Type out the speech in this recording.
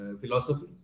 philosophy